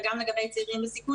וגם לגבי צעירים בסיכון